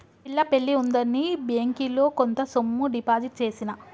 పిల్ల పెళ్లి ఉందని బ్యేంకిలో కొంత సొమ్ము డిపాజిట్ చేసిన